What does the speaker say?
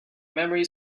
memory